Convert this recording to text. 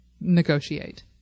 negotiate